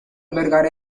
albergar